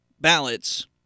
ballots